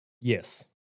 Yes